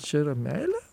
čia yra meilė